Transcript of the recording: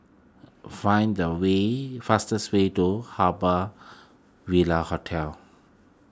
find the way fastest way to Harbour Ville Hotel